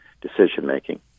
decision-making